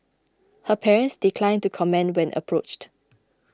her parents declined to comment when approached